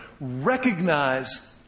Recognize